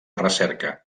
recerca